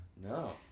No